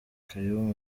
kaymu